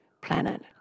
planet